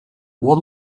what